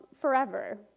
forever